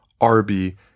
Arby